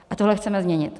A tohle chceme změnit.